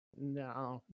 No